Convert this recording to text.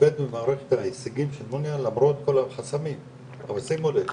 מכבד ומעריך את ההישגים של מוניה למרות כל החסמים אבל שימו לב